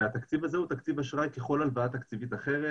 והתקציב הזה הוא תקציב אשראי ככל הלוואה תקציבית אחרת,